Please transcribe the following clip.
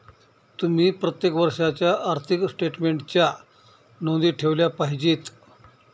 तुम्ही प्रत्येक वर्षाच्या आर्थिक स्टेटमेन्टच्या नोंदी ठेवल्या पाहिजेत